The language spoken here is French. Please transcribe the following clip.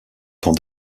temps